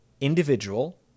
individual